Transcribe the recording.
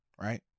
right